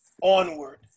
onward